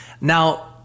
Now